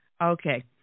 Okay